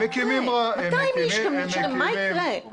הם מקימים רעש --- מה יקרה?